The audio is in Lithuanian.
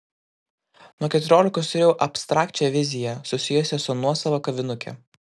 nuo keturiolikos turėjau abstrakčią viziją susijusią su nuosava kavinuke